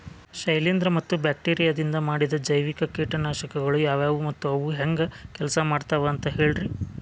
ಶಿಲೇಂಧ್ರ ಮತ್ತ ಬ್ಯಾಕ್ಟೇರಿಯದಿಂದ ಮಾಡಿದ ಜೈವಿಕ ಕೇಟನಾಶಕಗೊಳ ಯಾವ್ಯಾವು ಮತ್ತ ಅವು ಹೆಂಗ್ ಕೆಲ್ಸ ಮಾಡ್ತಾವ ಅಂತ ಹೇಳ್ರಿ?